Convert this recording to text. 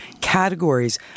categories